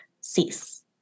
cease